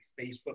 Facebook